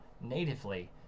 natively